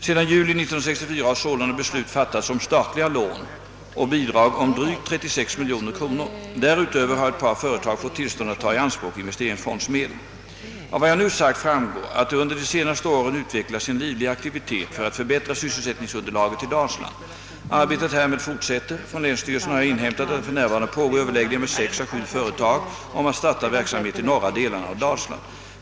Sedan juli 1964 har sålunda beslut fattats om statliga lån och bidrag om drygt 36 milj.kr. Därutöver har ett par företag fått tillstånd att ta i anspråk investeringsfondsmedel. Av vad jag nu sagt framgår att det under de senaste åren utvecklats en livlig aktivitet för att förbättra sysselsättningsunderlaget i Dalsland. Arbetet härmed fortsätter. Från länsstyrelsen har jag inhämtat att det f. n. pågår överläggningar med sex å sju företag om att starta verksamhet i norra delarna av Dalsland.